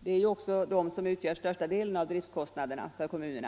Det är ju de som utgör största delen av driftkostnaderna för kommunerna.